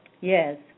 Yes